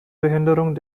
behinderung